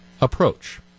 approach